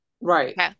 right